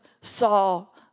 Saul